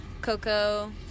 Coco